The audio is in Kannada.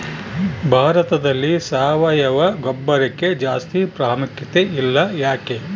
ಭಾರತದಲ್ಲಿ ಸಾವಯವ ಗೊಬ್ಬರಕ್ಕೆ ಜಾಸ್ತಿ ಪ್ರಾಮುಖ್ಯತೆ ಇಲ್ಲ ಯಾಕೆ?